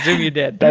you did.